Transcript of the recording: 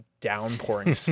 downpouring